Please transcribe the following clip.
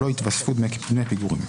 לא יתווספו דמי פיגורים.